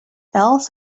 else